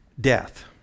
death